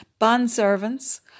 Bondservants